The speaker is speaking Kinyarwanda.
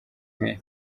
nke